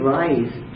rise